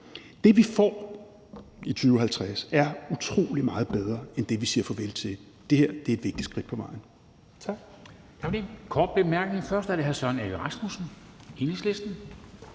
Det, vi får i 2050, er utrolig meget bedre end det, vi siger farvel til. Det her er et vigtigt skridt på vejen.